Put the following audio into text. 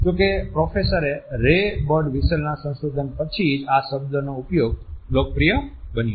જો કે professor Ray બર્ડવિસ્ટેલના સંશોધન પછી જ આ શબ્દનો ઉપયોગ લોકપ્રિય બન્યો